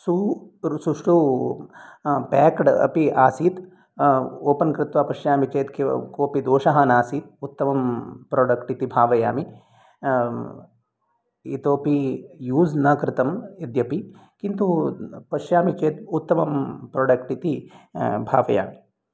सु सुष्टु पेक्ड् अपि आसीत् ओपेन् कृत्वा पश्यामि चेत् कोपि दोषः नासीत् उत्तमं प्रोडक्ट् इति भावयामि इतोपि यूज़् न कृतम् यद्यपि किन्तु पश्यामि चेत् उत्तमं प्रोडक्ट् इति भावयामि